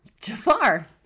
Jafar